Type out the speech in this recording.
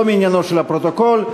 כן, זה כבר לא מעניינו של הפרוטוקול.